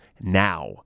now